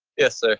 yes, ah